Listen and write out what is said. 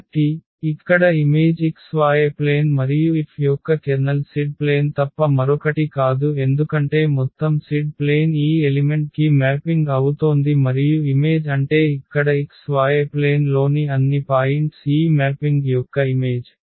కాబట్టి ఇక్కడ image xy plane మరియు F యొక్క కెర్నల్ z ప్లేన్ తప్ప మరొకటి కాదు ఎందుకంటే మొత్తం z ప్లేన్ ఈ ఎలిమెంట్ కి మ్యాపింగ్ అవుతోంది మరియు ఇమేజ్ అంటే ఇక్కడ xy ప్లేన్ లోని అన్ని పాయింట్స్ ఈ మ్యాపింగ్ యొక్క ఇమేజ్